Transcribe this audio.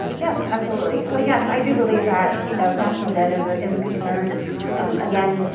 yes, absolutely. so yes, i do believe that, you know, national debt is a, is a concern again,